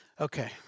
Okay